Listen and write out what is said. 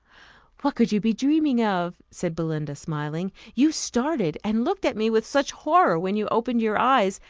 what could you be dreaming of? said belinda, smiling. you started, and looked at me with such horror, when you opened your eyes,